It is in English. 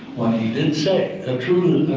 did say a truism,